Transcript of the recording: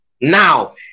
Now